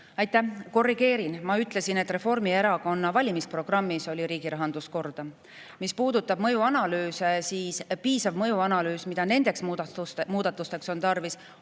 Aitäh! Ma korrigeerin: ma ütlesin, et Reformierakonna valimisprogrammis [lubati] riigi rahandus korda [teha]. Mis puudutab mõjuanalüüse, siis piisav mõjuanalüüs, mida nendeks muudatusteks on tarvis,